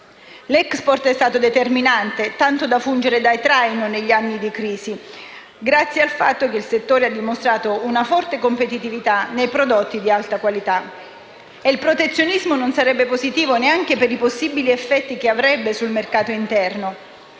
agricolo è stato determinante, tanto da fungere da traino negli anni della crisi, grazie al fatto che il settore ha dimostrato una forte competitività nei prodotti di alta qualità. Il protezionismo non sarebbe positivo neanche per i possibili effetti che avrebbe sul mercato interno.